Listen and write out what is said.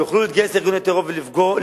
יוכלו להתגייס לארגוני טרור ולפגוע,